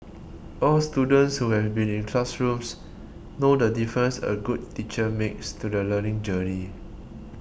all students who have been in classrooms know the difference a good teacher makes to the learning journey